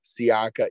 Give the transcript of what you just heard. Siaka